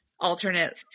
alternate